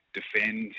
defend